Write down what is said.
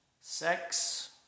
sex